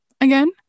again